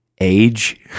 age